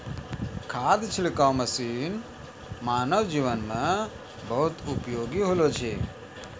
खाद छिड़काव मसीन मानव जीवन म बहुत उपयोगी होलो छै